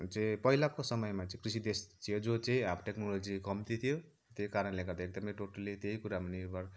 पइलाको समयमा चाहिँ कृषि देश थियो जो चाहिँ अब टेक्नोलोजी कम्ती थियो त्यही कारणले गर्दा एकदमै टोटली त्यही कुरामा निर्भर